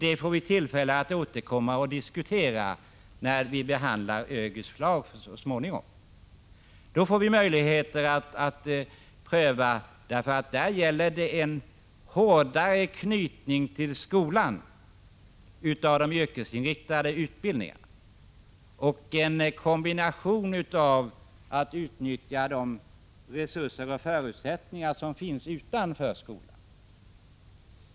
Vi får tillfälle att återkomma till detta och diskutera det när vi behandlar ÖGY:s förslag så småningom. Där gäller det en hårdare knytning till skolan av de yrkesinriktade utbildningarna, och en kombination med utnyttjande av de resurser och förutsättningar som finns utanför skolan.